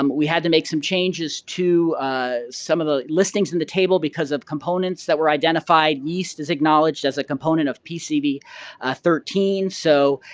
um we had to make some changes to some of the listings in the table because of components that were identified. yeast is acknowledged as a component of pcv ah thirteen. so,